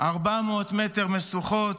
400 מטר משוכות.